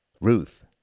Ruth